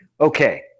okay